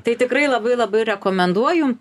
tai tikrai labai labai rekomenduoju